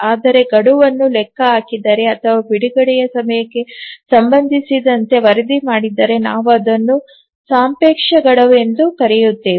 ಆದರೆ ಗಡುವನ್ನು ಲೆಕ್ಕಹಾಕಿದರೆ ಅಥವಾ ಬಿಡುಗಡೆಯ ಸಮಯಕ್ಕೆ ಸಂಬಂಧಿಸಿದಂತೆ ವರದಿ ಮಾಡಿದರೆ ನಾವು ಅದನ್ನು ಸಾಪೇಕ್ಷ ಗಡುವು ಎಂದು ಕರೆಯುತ್ತೇವೆ